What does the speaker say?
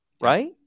right